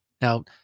Now